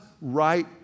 right